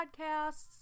podcasts